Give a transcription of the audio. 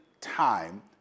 time